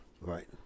Right